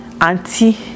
auntie